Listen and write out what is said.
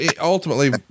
ultimately